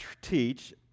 teach